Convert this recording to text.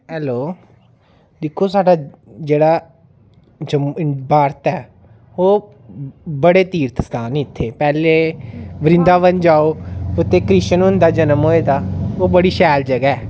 hello दिक्खो साढ़ा जेह्ड़ा जम्मू इंड भारत ऐ ओह् बड़े तीर्थ स्थान न इत्थें पैह्ले वृंदावन जाओ उत्थै कृष्ण हुंदा जनम होए दा ओह् बड़ी शैल जगह ऐ